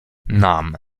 nam